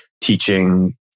teaching